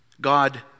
God